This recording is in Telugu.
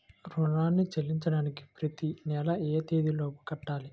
రుణాన్ని చెల్లించడానికి ప్రతి నెల ఏ తేదీ లోపు కట్టాలి?